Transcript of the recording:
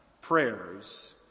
prayers